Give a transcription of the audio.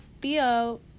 feel